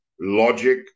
logic